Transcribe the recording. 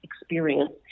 experience